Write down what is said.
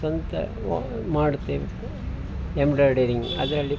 ಸ್ವಂತ ವ ಮಾಡುತ್ತೇವೆ ಎಂಬ್ರಾಡರಿಂಗ್ ಅದರಲ್ಲಿ